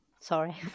sorry